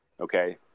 okay